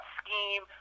scheme